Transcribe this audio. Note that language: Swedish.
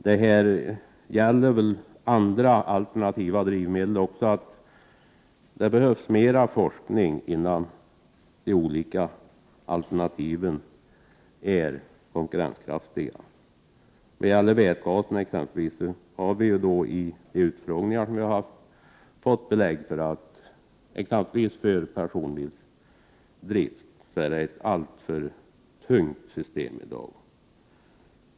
Det behövs mer forskning om alternativa drivmedel för att sådana skall kunna bli konkurrenskraftiga. Beträffande exempelvis vätgasen, som vi har haft utfrågningar om, har det belagts att det drivmedelssystemet är alltför tungt för personbilsdrift.